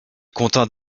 contint